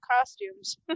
costumes